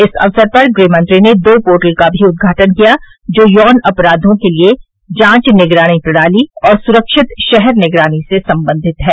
इस अवसर पर गृहमंत्री ने दो पोर्टल का भी उद्घाटन किया जो यौन अपराधों के लिए जांच निगरानी प्रणाली और सुरक्षित शहर निगरानी से संबंधित है